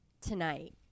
tonight